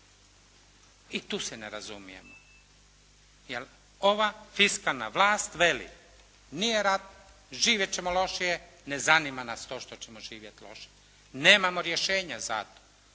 i tu se ne razumijemo jer ova fiskalna vlast veli nije rat, živjet ćemo lošije, ne zanima nas to što ćemo živjeti lošije, nemamo rješenja za to.